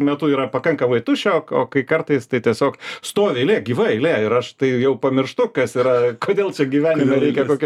metu yra pakankamai tuščia o kai kartais tai tiesiog stovi eilė gyva eilė ir aš tai jau pamirštu kas yra kodėl čia gyvenime reikia tokioj eilėj stovėt